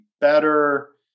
better